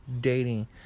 dating